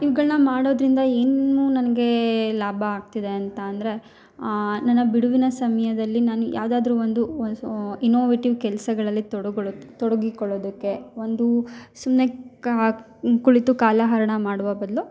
ಇವ್ಗಳ್ನ ಮಾಡೋದರಿಂದ ಏನು ನನಗೆ ಲಾಭ ಆಗ್ತಿದೆ ಅಂತ ಅಂದರೆ ನನ್ನ ಬಿಡುವಿನ ಸಮಯದಲ್ಲಿ ನಾನು ಯಾವ್ದಾದರೂ ಒಂದು ಇನೋವೆಟಿವ್ ಕೆಲಸಗಳಲ್ಲಿ ತೊಡಗೊಳ್ ತೊಡಗಿಕೊಳ್ಳೋದಕ್ಕೆ ಒಂದು ಸುಮ್ಮನೆ ಕಾ ಕುಳಿತು ಕಾಲ ಹರಣ ಮಾಡುವ ಬದ್ಲು